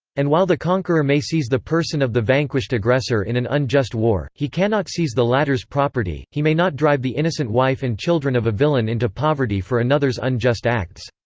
and while the conqueror may seize the person of the vanquished aggressor in an unjust war, he cannot seize the latter's property he may not drive the innocent wife and children of a villain into poverty for another's unjust acts.